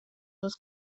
was